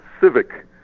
civic